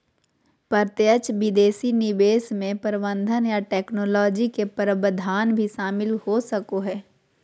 प्रत्यक्ष विदेशी निवेश मे प्रबंधन या टैक्नोलॉजी के प्रावधान भी शामिल हो सको हय